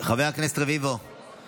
חבר הכנסת רביבו,